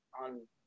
on